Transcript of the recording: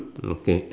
okay